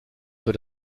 für